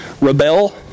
rebel